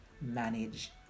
manage